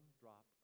drop